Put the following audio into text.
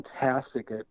fantastic